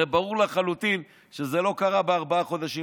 הרי ברור לחלוטין שזה לא קרה בארבעת החודשים